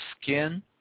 skin